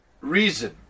reason